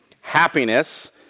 happiness